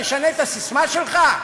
תשנה את הססמה שלך?